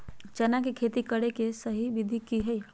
चना के खेती करे के सही विधि की हय?